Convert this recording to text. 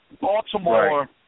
Baltimore